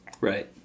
Right